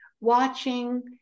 watching